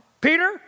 Peter